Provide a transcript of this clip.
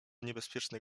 niebezpieczny